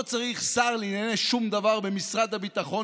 לא צריך שר לענייני שום דבר במשרד הביטחון